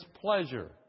pleasure